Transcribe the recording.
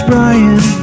Brian